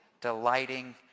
delighting